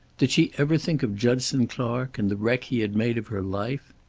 did she ever think of judson clark, and the wreck he had made of her life?